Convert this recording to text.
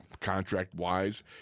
contract-wise